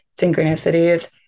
synchronicities